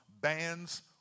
bands